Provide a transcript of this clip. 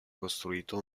costruito